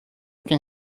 can